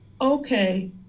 okay